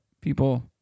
people